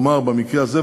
ובמקרה הזה,